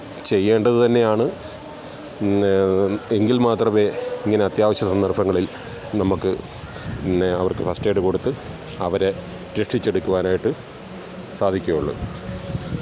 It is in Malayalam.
ചെയ്യേണ്ടത് തന്നെയാണ് ഇന്നെ എങ്കില് മാത്രമേ ഇങ്ങനെ അത്യാവശ്യ സന്ദര്ഭങ്ങളില് നമ്മള്ക്ക് ഇന്നെ അവര്ക്ക് ഫസ്റ്റേയ്ഡ് കൊടുത്ത് അവരെ രക്ഷിച്ചെടുക്കുവാനായ്ട്ട് സാധിക്കുകയുള്ളു